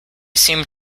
seemed